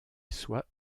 soit